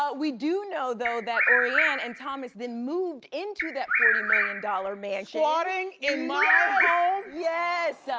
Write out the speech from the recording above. ah we do know though that orianne and thomas then moved into that forty million dollars mansion. squating in my home? yes.